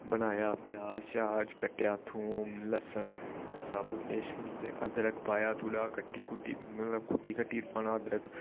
बनाया प्याज कट्टेआ थोम लहसन अदरक पाया थोह्ड़ा क्ट्टी कुट्टी पाना अदरक